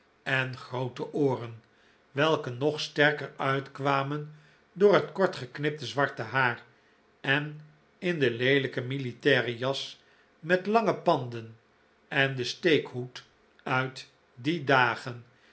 en groote ooren welke nog sterker uitkwamen door het kort geknipte zwarte haar en in de leelijke militaire jas met lange panden en den steekhoed uit die dagen